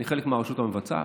אני חלק מהרשות המבצעת.